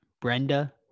Brenda